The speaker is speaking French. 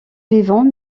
vivant